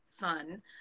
fun